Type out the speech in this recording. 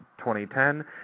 2010